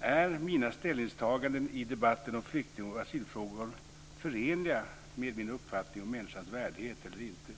Är mina ställningstaganden i debatten om flykting och asylfrågor förenliga med min uppfattning om människans värdighet eller inte?